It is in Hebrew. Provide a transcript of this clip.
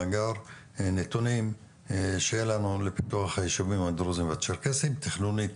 מאגר נתונים שיהיה לנו לפיתוח הישובים הדרוזים והצ'רקסיים תכנונית,